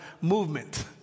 movement